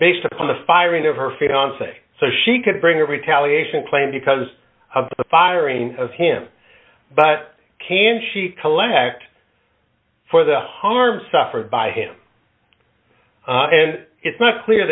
based upon the firing of her fiance so she could bring a retaliation claim because the firing of him but can she collect for the harm suffered by him and it's not clear